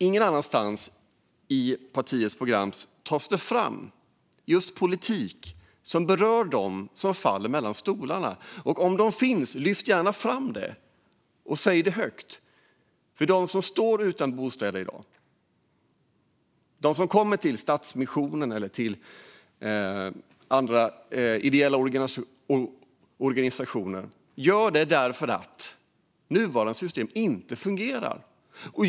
Ingen annanstans i partiets program beskrivs politik som berör just dem som faller mellan stolarna. Om det finns, lyft gärna fram det och säg det högt! De som står utan bostäder i dag och kommer till Stadsmissionen eller andra ideella organisationer gör det nämligen därför att det nuvarande systemet inte fungerar.